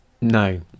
No